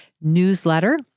newsletter